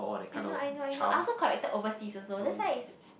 I know I know I know I also collected overseas also that's why is